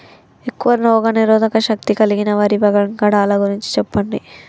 ఎక్కువ రోగనిరోధక శక్తి కలిగిన వరి వంగడాల గురించి చెప్పండి?